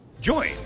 Join